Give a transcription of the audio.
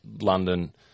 London